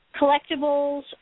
collectibles